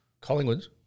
Collingwood's